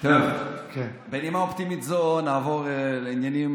בנימה אופטימית זו נעבור לעניינים